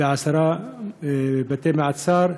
ועשרה בתי-מעצר,